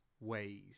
ways